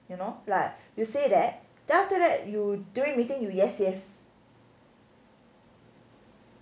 you know like you say that then after that you during meeting you yes yes